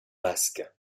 masque